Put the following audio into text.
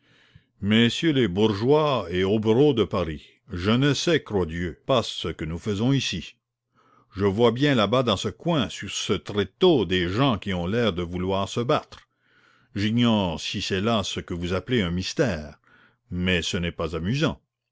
messieurs les bourgeois et hobereaux de paris je ne sais croix dieu pas ce que nous faisons ici je vois bien là-bas dans ce coin sur ce tréteau des gens qui ont l'air de vouloir se battre j'ignore si c'est là ce que vous appelez un mystère mais ce n'est pas amusant